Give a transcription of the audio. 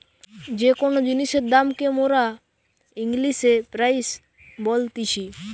যে কোন জিনিসের দাম কে মোরা ইংলিশে প্রাইস বলতিছি